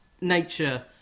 nature